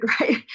right